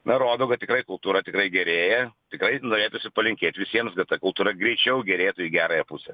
na rodo kad tikrai kultūra tikrai gerėja tikrai norėtųsi palinkėt visiems bet ta kultūra greičiau gerėtų į gerąją pusę